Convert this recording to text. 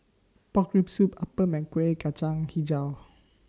Pork Rib Soup Appam Kueh Kacang Hijau